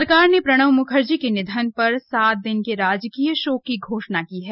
सरकार ने प्रणब मुखर्जी के निधन पर सात दिन के राजकीय शोक की घोषणा की है